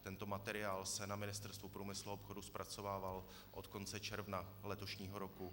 Tento materiál se na Ministerstvu průmyslu a obchodu zpracovával od konce června letošního roku.